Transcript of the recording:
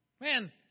Man